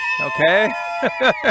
Okay